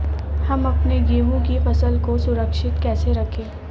हम अपने गेहूँ की फसल को सुरक्षित कैसे रखें?